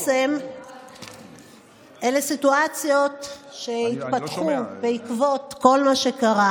אלה סיטואציות שהתפתחו בעקבות כל מה שקרה.